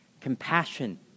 compassion